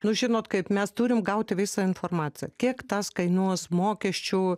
nu žinot kaip mes turim gauti visą informaciją kiek tas kainuos mokesčių